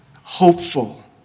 hopeful